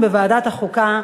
לוועדת החוקה,